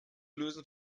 lösen